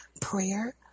prayer